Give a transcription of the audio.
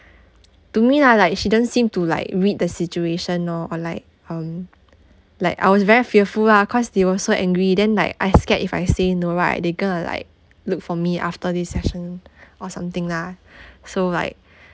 to me lah like she doesn't seem to like read the situation lor or like um like I was very fearful lah cause they were so angry then like I scared if I say no right they going to like look for me after this session or something lah so like